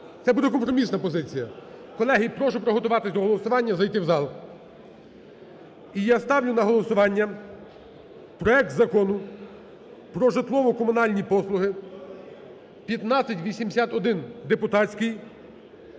Це буде компромісна позиція. Колеги, прошу приготуватись до голосування, зайти в зал. І я ставлю на голосування проект Закону про житлово-комунальні послуги (1581-депутатський)